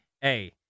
hey